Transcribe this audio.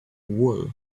wool